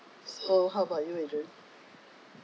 so how about you adrian